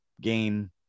game